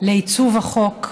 לעיצוב החוק,